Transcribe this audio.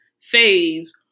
phase